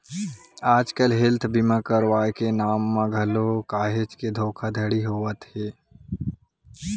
आजकल हेल्थ बीमा करवाय के नांव म घलो काहेच के धोखाघड़ी होवत हे